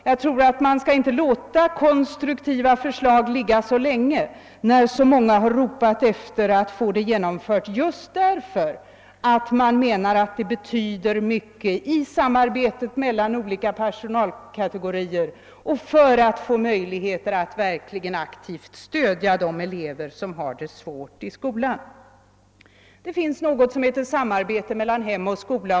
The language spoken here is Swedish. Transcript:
Jag tycker inte att man skall låta konstruktiva förslag ligga så länge, när så många har ropat efter att få dem genomförda därför att man menar att det betyder så mycket i samarbetet mellan olika personalkategorier att ha möjligheter att aktivt stödja elever som har det svårt i skolan. Vi har också någonting som heter samarbete mellan hem och skola.